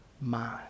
mind